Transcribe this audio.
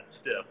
stiff